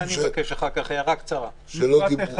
טיבי.